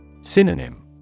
Synonym